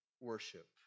worship